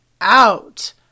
Out